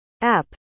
app